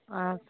ஆ